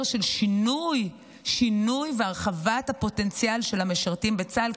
של שינוי והרחבת פוטנציאל המשרתים בצה"ל,